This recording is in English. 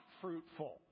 fruitful